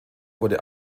wurde